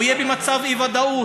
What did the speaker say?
הוא יהיה במצב אי-ודאות,